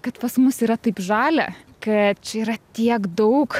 kad pas mus yra taip žalia kad čia yra tiek daug